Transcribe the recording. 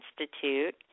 Institute